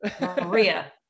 Maria